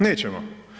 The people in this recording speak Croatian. Nećemo.